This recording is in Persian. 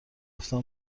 گفتم